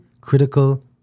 critical